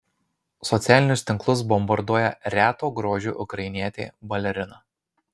socialinius tinklus bombarduoja reto grožio ukrainietė balerina